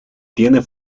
tiene